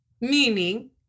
meaning